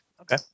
Okay